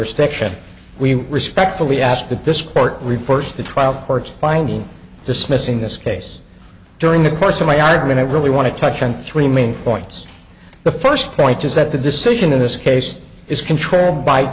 jurisdiction we respectfully ask that this court reports the twelve court's findings dismissing this case during the course of my argument i really want to touch on three main points the first point is that the decision in this case is controlled by